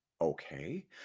okay